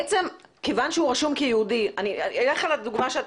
בעצם כיוון שהוא רשום כיהודי,